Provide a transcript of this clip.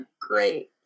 great